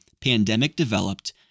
Pandemic-developed